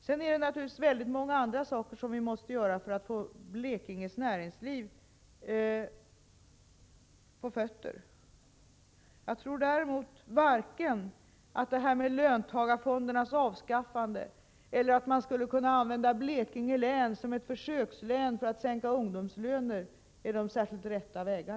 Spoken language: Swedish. Det är naturligtvis många andra åtgärder vi måste vidta för att få Blekinges näringsliv på fötter. Jag tror emellertid inte att man vare sig genom att avskaffa löntagarfonderna eller genom att låta Blekinge län som försökslän tillämpa sänkta ungdomslöner skulle vara inne på rätt väg.